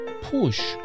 push